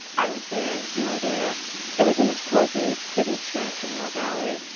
i was there, you were there it was in this cozy, pretty church in mill valley,